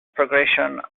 progression